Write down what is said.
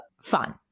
fun